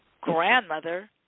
grandmother